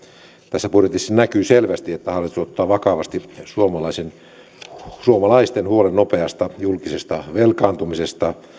tässä budjetissa näkyy selvästi että hallitus ottaa vakavasti suomalaisten huolen nopeasta julkisesta velkaantumisesta